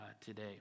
today